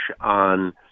on